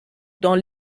dans